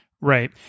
Right